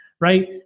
right